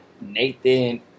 Nathan